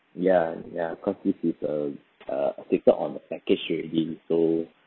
ya ya cause this is a err stated on the package already so